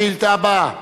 לשאילתא הבאה,